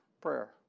prayer